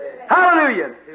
Hallelujah